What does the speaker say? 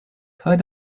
heard